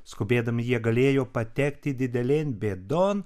skubėdami jie galėjo patekti didelėn bėdon